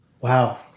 Wow